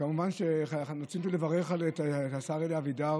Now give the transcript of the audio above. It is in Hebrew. כמובן שרציתי לברך את השר אלי אבידר